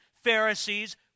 Pharisees